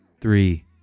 Three